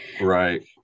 right